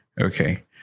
Okay